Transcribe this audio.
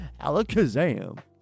alakazam